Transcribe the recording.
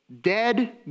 Dead